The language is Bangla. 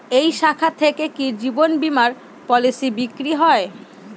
এই শাখা থেকে কি জীবন বীমার পলিসি বিক্রয় হয়?